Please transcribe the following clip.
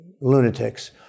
lunatics